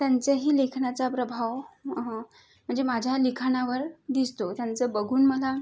त्यांच्याही लेखनाचा प्रभाव म्हणजे माझ्या लिखाणावर दिसतो त्यांचं बघून मला